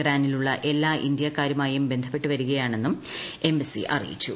ഇറാനിലുള്ള എല്ലാ ഇന്ത്യക്കാരുമായും ബന്ധപ്പെട്ടു വരികയാണെന്നും എംബസി അറിയിച്ചു